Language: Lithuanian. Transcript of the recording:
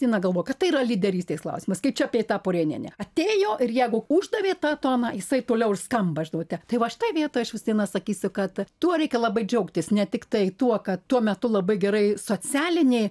viena galvoju kad tai yra lyderystės klausimas kaip čia apie tą purėnienę atėjo ir jegu uždavė tą toną jisai toliau ir skamba žinote tai va šitoj vietoj aš vis viena sakysiu kad tuo reikia labai džiaugtis ne tiktai tuo kad tuo metu labai gerai socialinė